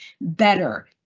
better